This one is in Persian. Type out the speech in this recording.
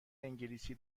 انگلیسی